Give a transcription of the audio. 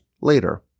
later